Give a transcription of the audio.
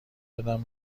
دادن